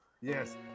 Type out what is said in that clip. Yes